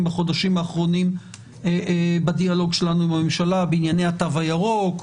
בחודשים האחרונים בדיאלוג שלנו עם הממשלה בענייני התו הירוק,